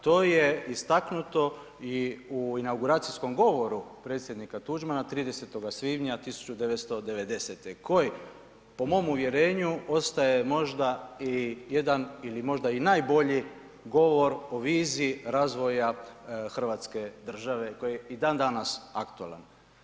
To je istaknuto i u inauguracijskom govoru predsjednika Tuđmana 30. svibnja 1990. koji po mom uvjerenju ostaje možda i jedan ili možda i najbolji govor o viziji razvoja Hrvatske države koji je i dan danas aktualan.